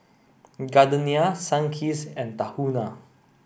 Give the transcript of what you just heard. Gardenia Sunkist and Tahuna